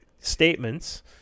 statements